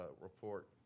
report